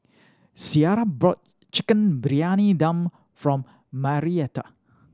Ciera bought Chicken Briyani Dum from Marietta